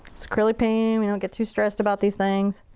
it's acrylic painting. we don't get too stressed about these things.